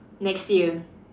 next year